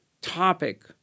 topic